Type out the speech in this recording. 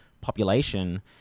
population